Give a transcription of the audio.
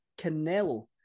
Canelo